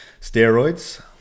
steroids